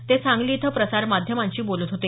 ते सांगली इथं प्रसार माध्यमांशी बोलत होते